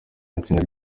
n’itsinda